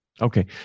Okay